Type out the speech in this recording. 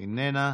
איננה,